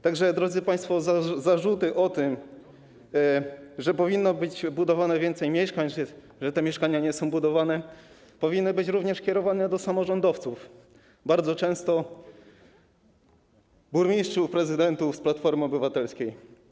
Tak że, drodzy państwo, zarzuty, że powinno być budowanych więcej mieszkań, że te mieszkania nie są budowane, powinny być również kierowane do samorządowców, bardzo często burmistrzów, prezydentów z Platformy Obywatelskiej.